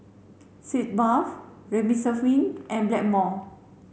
Sitz bath Remifemin and Blackmore